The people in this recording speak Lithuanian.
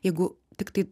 jeigu tiktai